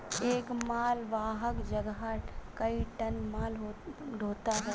एक मालवाहक जहाज कई टन माल ढ़ोता है